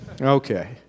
Okay